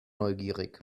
neugierig